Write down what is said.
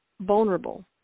vulnerable